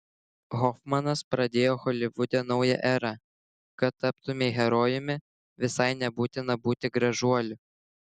hofmanas pradėjo holivude naują erą kad taptumei herojumi visai nebūtina būti gražuoliu